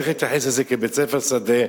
צריך להתייחס לזה כאל בית-ספר שדה,